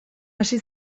hasi